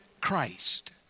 Christ